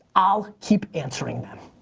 i'll keep answering them.